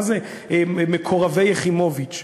מה זה "מקורבי יחימוביץ",